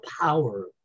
power